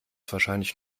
wahrscheinlich